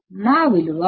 మన వద్ద విలువ 300